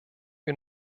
wir